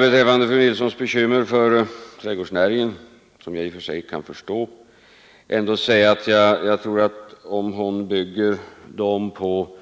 Beträffande fru Nilssons bekymmer för trädgårdsnäringen, som jag i och för sig kan förstå, vill jag säga att om hon bygger dem på